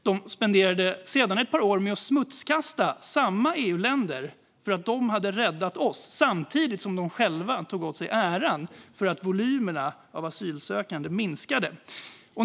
De spenderade sedan ett par år med att smutskasta samma EU-länder för att de hade räddat oss - samtidigt som de själva tog åt sig äran för att volymerna av asylsökande minskade.